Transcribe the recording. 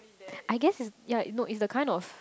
I guess ya no it's a kind of